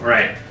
Right